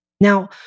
Now